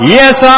yes